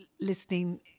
listening